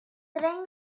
tren